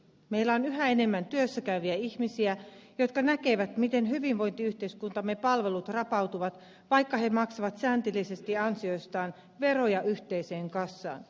meillä on yhä enemmän työssäkäyviä ihmisiä jotka näkevät miten hyvinvointiyhteiskuntamme palvelut rapautuvat vaikka he maksavat säntillisesti ansioistaan veroja yhteiseen kassaan